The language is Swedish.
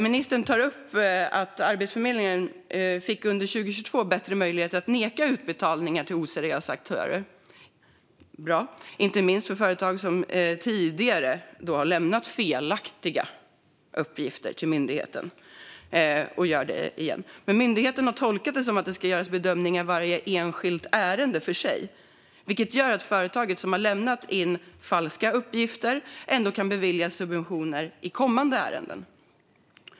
Ministern tar upp att Arbetsförmedlingen under 2022 fick bättre möjligheter att neka utbetalningar till oseriösa aktörer. Det är bra, inte minst i fråga om företag som tidigare har lämnat "felaktiga" uppgifter till myndigheten och sedan gör det igen. Men myndigheten har tolkat det som att det ska göras bedömningar i varje enskilt ärende för sig, vilket gör att företag som har lämnat in falska uppgifter ändå kan beviljas subventioner i kommande ärenden.